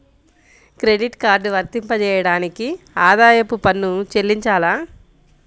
Credit card వర్తింపజేయడానికి ఆదాయపు పన్ను చెల్లించాలా?